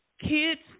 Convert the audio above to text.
kids